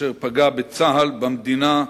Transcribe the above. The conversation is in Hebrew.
אשר פגע בצה"ל, במדינה,